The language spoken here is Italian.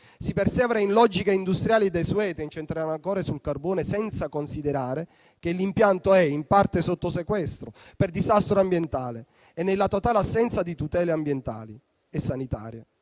si persevera in logiche industriali desuete, incentrate ancora sul carbone, senza considerare che l'impianto è in parte sotto sequestro per disastro ambientale e nella totale assenza di tutele ambientali e sanitarie,